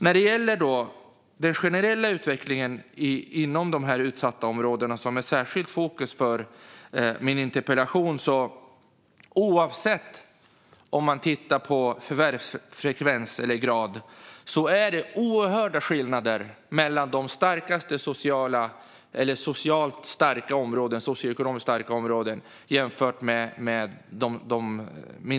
När det gäller den generella utvecklingen inom de utsatta områdena, vilket är särskilt fokus för min interpellation, är det, oavsett om man tittar på förvärvsfrekvens eller förvärvsgrad, oerhörda skillnader mellan de socioekonomiskt starka och svaga områdena.